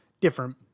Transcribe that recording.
different